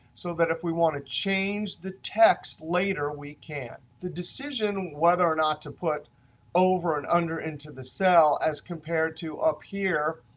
so that if we want to change the text later, we can. the decision whether or not to put over and under into the cell as compared to up here,